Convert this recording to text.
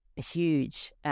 huge